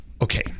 okay